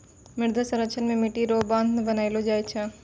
मृदा संरक्षण मे मट्टी रो बांध बनैलो जाय छै